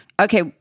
Okay